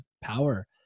power